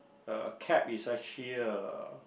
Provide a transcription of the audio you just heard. uh cap is actually uh